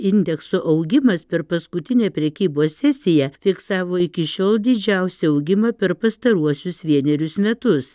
indekso augimas per paskutinę prekybos sesiją fiksavo iki šiol didžiausią augimą per pastaruosius vienerius metus